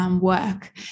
Work